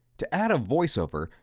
to add a voice-over,